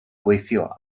gweithio